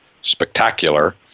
spectacular